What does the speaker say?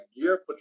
Gear